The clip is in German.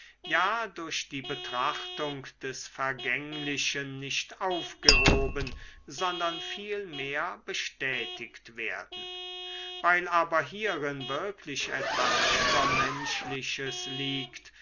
ja durch die betrachtung des vergänglichen nicht aufgehoben sondern viel mehr bestätigt werden weil aber hierin wirklich etwas übermenschliches liegt